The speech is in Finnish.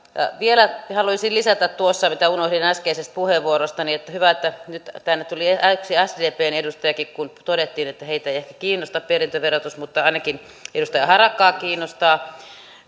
vielä haluaisin lisätä mitä unohdin tuosta äskeisestä puheenvuorostani hyvä että nyt tänne tuli yksi sdpn edustajakin kun todettiin että heitä ei ehkä kiinnosta perintöverotus mutta ainakin edustaja harakkaa kiinnostaa